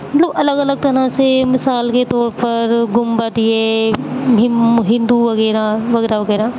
مطلب الگ الگ طرح سے مثال کے طور پر گنبد یہ ہندو وغیرہ وغیرہ وغیرہ